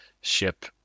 ship